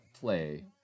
play